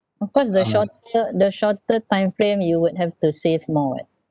of course the shorter the shorter time frame you would have to save more [what]